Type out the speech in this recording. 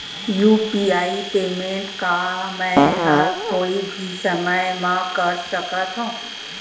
UPI payment का मैं ह कोई भी समय म कर सकत हो?